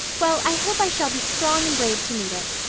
well, i hope i shall be strong and brave to meet it.